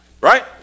Right